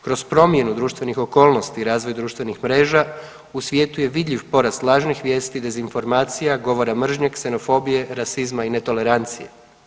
Kroz promjenu društvenih okolnosti i razvij društvenih mreža, u svijetu je vidljiv porast lažnih vijesti, dezinformacija, govora mržnje, ksenofobije, rasizma i netolerancije.